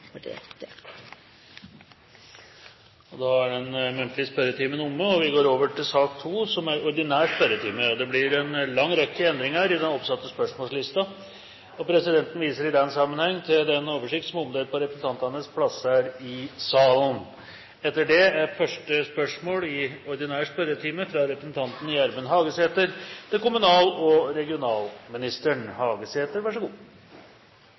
Den muntlige spørretimen er omme. Det blir en lang rekke endringer i den oppsatte spørsmålslisten, og presidenten viser i den sammenheng til den oversikten som er omdelt på representantenes plasser i salen. De foreslåtte endringene i dagens spørretime foreslås godkjent. – Det anses vedtatt. Endringene var som følger: Spørsmål 2 og 3, fra henholdsvis representantene Henning Warloe og Per Roar Bredvold til nærings- og